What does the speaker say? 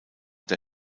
der